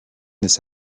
this